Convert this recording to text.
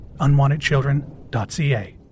UnwantedChildren.ca